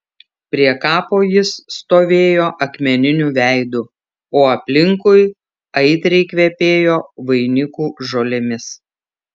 prie kapo jis stovėjo akmeniniu veidu o aplinkui aitriai kvepėjo vainikų žolėmis